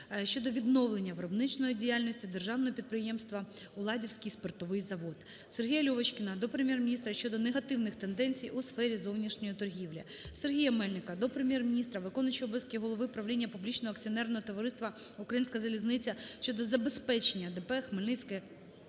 щодо відновлення виробничої діяльності Державного підприємства "Уладівський спиртовий завод". СергіяЛьовочкіна до Прем'єр-міністра щодо негативних тенденцій у сфері зовнішньої торгівлі. Сергія Мельника до Прем'єр-міністра, виконуючого обов'язки голови правління публічного акціонерного товариства "Українська залізниця" щодо забезпечення ДП "Хмельницьке